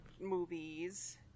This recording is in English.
movies